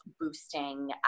boosting